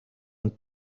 and